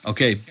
Okay